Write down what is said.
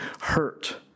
hurt